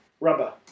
Rubber